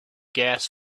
gas